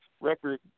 record